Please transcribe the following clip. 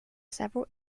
several